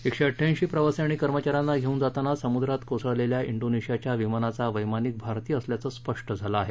एकशे अड्डयाऐशी प्रवासी आणि कर्मचाऱ्यांना घेऊन जाताना समुद्रात कोसळलेल्या डोनेशियाच्या विमानाचा वैमानिक भारतीय असल्याचं स्पष्ट झालं आहे